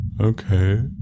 Okay